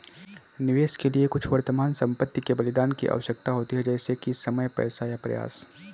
निवेश के लिए कुछ वर्तमान संपत्ति के बलिदान की आवश्यकता होती है जैसे कि समय पैसा या प्रयास